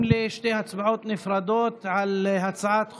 לשתי הצבעות נפרדות על הצעת חוק,